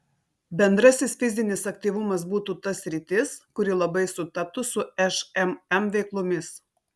bendrasis fizinis aktyvumas būtų ta sritis kuri labai sutaptų su šmm veiklomis